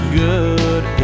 good